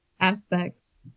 aspects